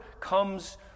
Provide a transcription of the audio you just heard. comes